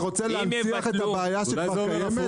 אם יבטלו את --- אתה רוצה להנציח את הבעיה שכבר קיימת?